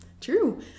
True